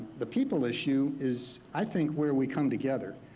the people issue is, i think where we come together.